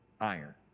iron